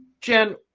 Jen